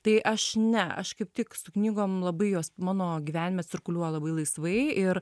tai aš ne aš kaip tik su knygom labai jos mano gyvenime cirkuliuoja labai laisvai ir